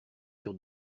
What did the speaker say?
sur